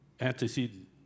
antecedent